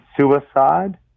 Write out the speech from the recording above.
suicide